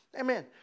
Amen